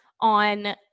on